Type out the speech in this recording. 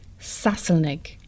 Sasselnig